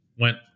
went